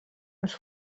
els